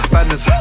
Badness